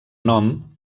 nom